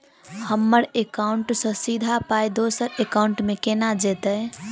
हम्मर एकाउन्ट सँ सीधा पाई दोसर एकाउंट मे केना जेतय?